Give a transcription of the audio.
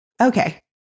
Okay